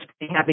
happy